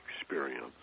experience